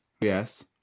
Yes